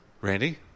randy